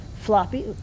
floppy